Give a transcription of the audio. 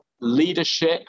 leadership